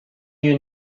you